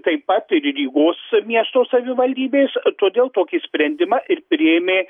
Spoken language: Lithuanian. taip pat ir rygos miesto savivaldybės todėl tokį sprendimą ir priėmė